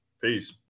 Peace